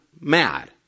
mad